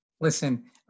listen